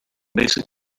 basic